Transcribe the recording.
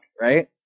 right